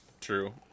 true